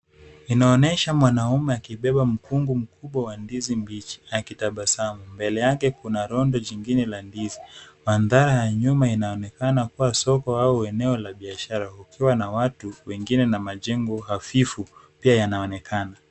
Inaonesha mwanaume akibeba mkungu mkubwa wa ndizi mbichi, akitabasamu. Mbele yake kuna rondo jingine la ndizi, bandara ya nyuma inaonekana kuwa soko au eneo la biashara. Kukiwa na watu wengine na majengo hafifu, pia yanaonekana.